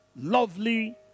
lovely